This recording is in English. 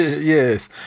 Yes